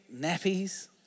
nappies